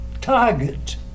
target